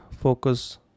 focus